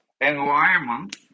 environment